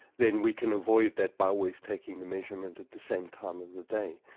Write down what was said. then we can avoid that by always taking the measurement at the same time of the day.